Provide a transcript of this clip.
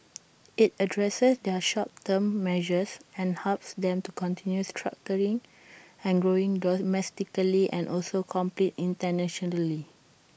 IT addresses their short term measures and helps them to continue structuring and growing domestically and also compete internationally